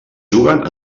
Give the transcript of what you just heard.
juguen